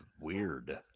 weird